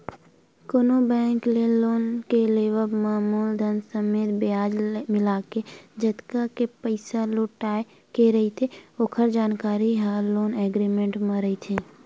कोनो बेंक ले लोन के लेवब म मूलधन समेत बियाज मिलाके जतका के पइसा लहुटाय के रहिथे ओखर जानकारी ह लोन एग्रीमेंट म रहिथे